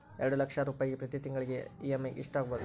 ಎರಡು ಲಕ್ಷ ರೂಪಾಯಿಗೆ ಪ್ರತಿ ತಿಂಗಳಿಗೆ ಇ.ಎಮ್.ಐ ಎಷ್ಟಾಗಬಹುದು?